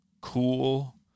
cool